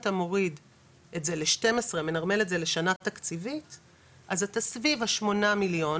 מאיזה תקציב הם הוציאו את זה?